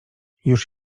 już